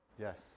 Yes